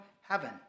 heaven